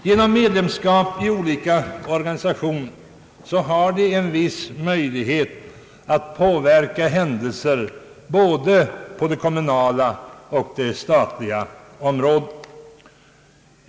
Genom medlemskap i olika organisationer har de en viss möjlighet att påverka händelser både på det kommunala och det statliga området.